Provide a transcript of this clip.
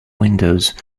windows